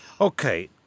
Okay